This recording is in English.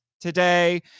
today